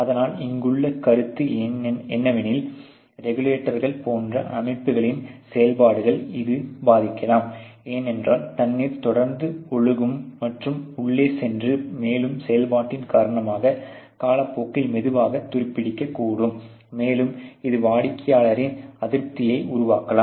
ஆனால் இங்குள்ள கருத்து என்னவெனில் ரெகுலேட்டர்கள் போன்ற அமைப்புகளின் செயல்பாடுகளை இது பாதிக்கலாம் ஏனென்றால் தண்ணீர் தொடர்ந்து ஒழுகும் மற்றும் உள்ளே சென்று மேலும் செயல்பாட்டின் காரணமாக காலப்போக்கில் மெதுவாக துருப்பிடிக்கக்கூடும் மேலும் இது வாடிக்கையாளரின் அதிருப்தியை உருவாக்கலாம்